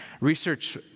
Research